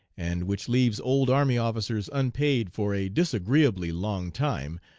and which leaves old army officers unpaid for a disagreeably long time,